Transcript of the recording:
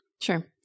Sure